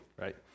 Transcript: right